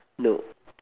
no